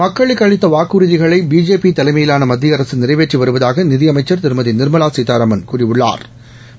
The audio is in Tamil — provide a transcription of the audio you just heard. மக்குளக்கு அளித்த வாக்குறுதிகளை பிஜேபி தலைமையிான மத்திய அரசு நிறைவேற்றி வருவதாக நிதி அமைச்சா் திருமதி நிாமலா சீதாராமன் கூறியுள்ளாா்